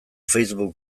facebook